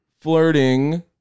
flirting